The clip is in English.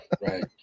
Right